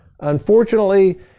unfortunately